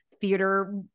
theater